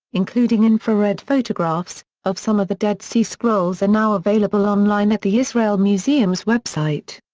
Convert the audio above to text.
including infrared photographs, of some of the dead sea scrolls are now available online at the israel museum's website.